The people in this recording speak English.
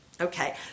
Okay